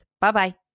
Bye-bye